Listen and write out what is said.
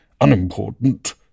unimportant